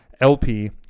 LP